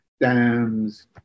dams